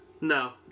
No